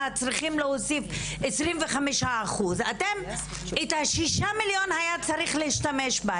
צריכות להוסיף 25%. היה צריך להשתמש ב-6 מיליון.